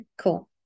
Cool